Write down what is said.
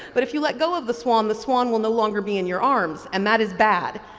but if you let go of the swan the swan will no longer be in your arms and that is bad.